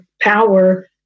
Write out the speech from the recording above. power